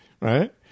Right